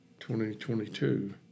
2022